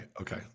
Okay